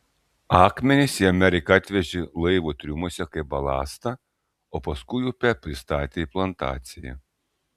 akmenis į ameriką atvežė laivo triumuose kaip balastą o paskui upe pristatė į plantaciją